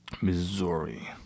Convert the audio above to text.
Missouri